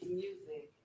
music